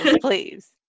please